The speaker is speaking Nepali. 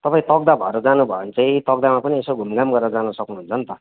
तपाईँ तक्दाह भएर जानुभयो भने चाहिँ तक्दाहमा पनि यसो घुमघाम गरेर जानु सक्नुहुन्छ नि त